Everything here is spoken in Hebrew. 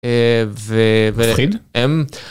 ו...מפחיד?